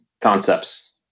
concepts